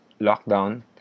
lockdown